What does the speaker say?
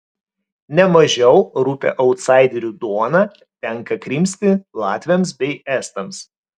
ne mažiau rupią autsaiderių duoną tenka krimsti latviams bei estams